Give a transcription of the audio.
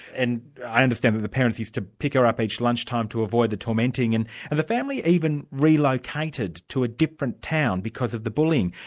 and i understand that the parents used to pick her up each lunch time to avoid the tormenting. and and the family even relocated to a different town because of the bullying.